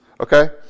Okay